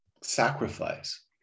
sacrifice